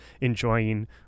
enjoying